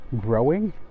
growing